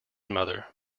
mother